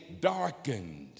darkened